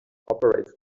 operates